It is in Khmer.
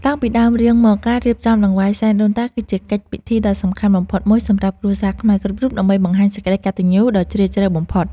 តាំងពីដើមរៀងមកការរៀបចំដង្វាយសែនដូនតាគឺជាកិច្ចពិធីដ៏សំខាន់បំផុតមួយសម្រាប់គ្រួសារខ្មែរគ្រប់រូបដើម្បីបង្ហាញសេចក្តីកតញ្ញូដ៏ជ្រាលជ្រៅបំផុត។